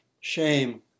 Shame